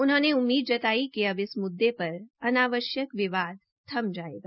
उन्होंने उम्मीद जताई कि अब इस म्द्दे पर अनावश्यक विवाद समाप्त हो जायेगा